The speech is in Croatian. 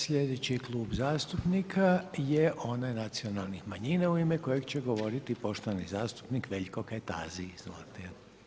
Sljedeći je Klub zastupnika je onaj nacionalnih manjina u ime kojeg će govoriti poštovani zastupnik Veljko Kajtazi, izvolite.